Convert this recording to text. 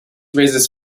raises